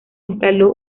instaló